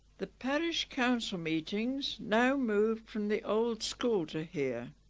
the parish council meetings now moved from the old school to here